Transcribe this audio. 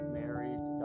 married